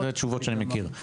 אלו תשובות שאני מכיר.